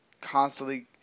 constantly